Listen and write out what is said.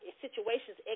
situations